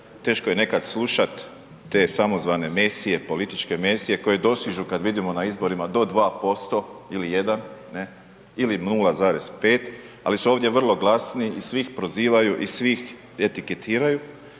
teško je nekad slušat te samozvane Mesije, političke Mesije koji dostižu kad vidimo na izborima do 2% ili 1, ne, ili 0,5 ali su ovdje vrlo glasni i svi ih prozivaju i svi ih etiketiraju,